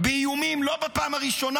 באיומים לא בפעם הראשונה,